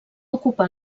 ocupar